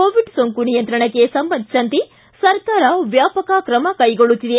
Covid ಸೊಂಕು ನಿಯಂತ್ರಣಕ್ಕೆ ಸಂಬಂಧಿಸಿದಂತೆ ಸರ್ಕಾರ ವ್ಯಾಪಕ ತ್ರಮ ಕೈಗೊಳ್ಳುತ್ತಿದೆ